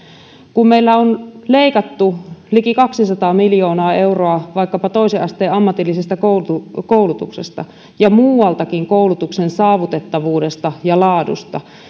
kun meillä on leikattu liki kaksisataa miljoonaa euroa vaikkapa toisen asteen ammatillisesta koulutuksesta koulutuksesta ja muualtakin koulutuksen saavutettavuudesta ja laadusta